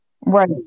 Right